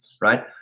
right